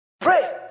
Pray